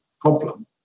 problem